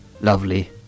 lovely